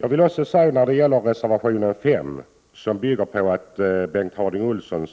Jag vill också kommentera reservation 5 som är föranledd av en motion av Bengt Harding Olson.